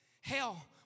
Hell